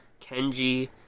Kenji